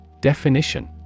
Definition